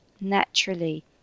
naturally